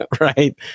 right